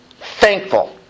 thankful